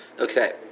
Okay